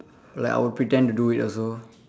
like I will pretend to do it also